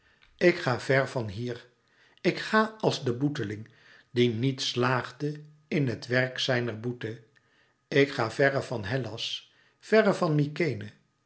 ik ga vèr van hier ik ga als de boeteling die niet slaagde in het werk zijner boete ik ga verre van hellas ver van